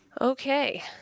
Okay